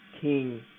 king